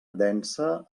densa